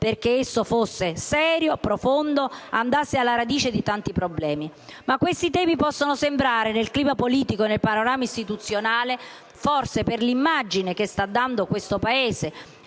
perché esso fosse serio, profondo e andasse alla radice di tanti problemi. Ma questi temi possono sembrare, nel clima politico e nel panorama istituzionale, forse, per l'immagine che sta dando questo Paese